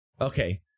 Okay